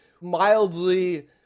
mildly